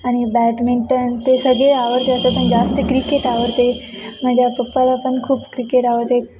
आणि बॅटमिंटन ते सगळे आवडते असं पण जास्त क्रिकेट आवडते माझ्या पप्पाला पण खूप क्रिकेट आवडते